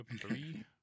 three